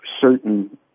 certain